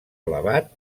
elevat